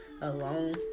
alone